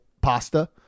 pasta